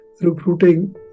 recruiting